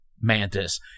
Mantis